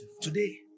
Today